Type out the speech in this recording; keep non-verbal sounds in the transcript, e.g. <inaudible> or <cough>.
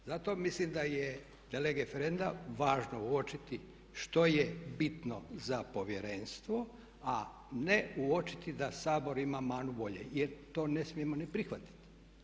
Zato mislim da je … <unintelligible> važno uočiti što je bitno za Povjerenstvo, a ne uočiti da Sabor ima manu volje jer to ne smijemo ni prihvatiti.